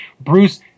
Bruce